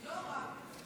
לא רק.